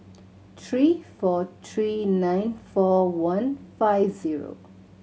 three four three nine four one five zero